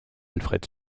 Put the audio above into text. alfred